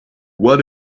what